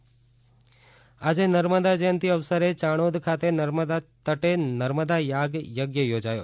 નર્મદા જયંતિ આજે નર્મદા જયંતિ અવસરે યાણોદ ખાત નર્મદા તટે નર્મદાયાગ યજ્ઞ યોજાયો